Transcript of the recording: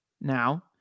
now